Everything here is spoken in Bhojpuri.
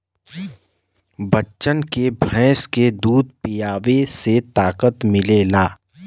बच्चन के भैंस के दूध पीआवे से ताकत मिलेला